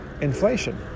inflation